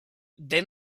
then